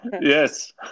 Yes